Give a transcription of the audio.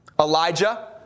Elijah